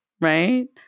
right